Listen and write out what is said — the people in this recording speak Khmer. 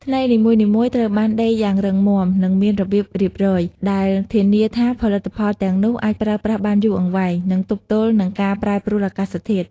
ថ្នេរនីមួយៗត្រូវបានដេរយ៉ាងរឹងមាំ និងមានរបៀបរៀបរយ ដែលធានាថាផលិតផលទាំងនោះអាចប្រើប្រាស់បានយូរអង្វែង និងទប់ទល់នឹងការប្រែប្រួលអាកាសធាតុ។